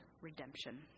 redemption